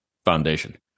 Foundation